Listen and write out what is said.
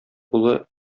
улы